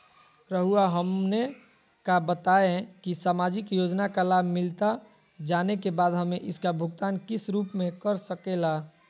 रहुआ हमने का बताएं की समाजिक योजना का लाभ मिलता जाने के बाद हमें इसका भुगतान किस रूप में कर सके ला?